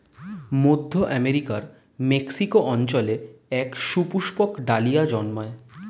মধ্য আমেরিকার মেক্সিকো অঞ্চলে এক সুপুষ্পক ডালিয়া জন্মায়